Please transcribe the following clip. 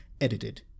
edited